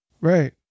right